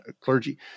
clergy